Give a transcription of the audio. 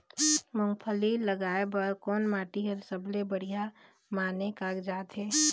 मूंगफली लगाय बर कोन माटी हर सबले बढ़िया माने कागजात हे?